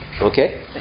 okay